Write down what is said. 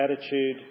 attitude